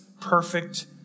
perfect